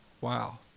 wow